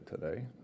today